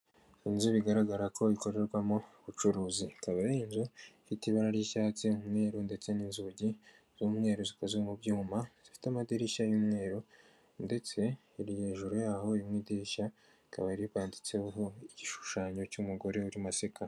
Inzu bigaragara ko ikorerwamo ubucuruzi ikaba ari inzu ifite ibara ry'icyatsi n'umweru ndetse n'inzugi z'umweru, zikozezwe mu byuma zifite amadirishya y'umweru ndetse iri hejuru y'aho idirishya rikaba ribanditseho igishushanyo cy'umugore uurimo aseka.